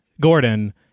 gordon